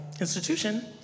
institution